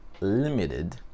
limited